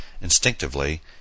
Instinctively